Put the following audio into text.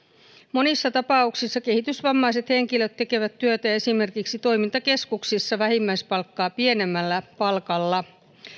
monissa tapauksissa kehitysvammaiset henkilöt tekevät työtä esimerkiksi toimintakeskuksissa vähimmäispalkkaa pienemmällä palkalla